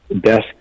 desk